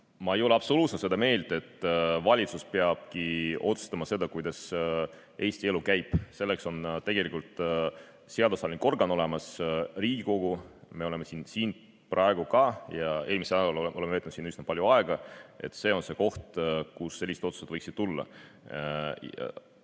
Ma ei ole absoluutselt seda meelt, et valitsus peabki otsustama seda, kuidas Eesti elu käib. Selleks on tegelikult seadusandlik organ, Riigikogu. Me oleme siin praegu ja ka eelmisel nädalal veetnud üsna palju aega. See on see koht, kust sellised otsused võiksid tulla.